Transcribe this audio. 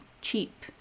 cheap